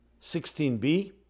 16b